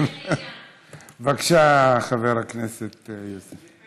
בבקשה, חבר הכנסת יוסף.